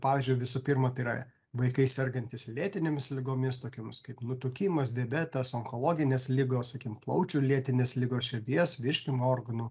pavyzdžiui visų pirma tai yra vaikai sergantys lėtinėmis ligomis tokiomis kaip nutukimas diabetas onkologinės ligos sakim plaučių lėtinės ligos širdies virškinimo organų